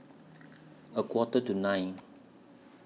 A Quarter to nine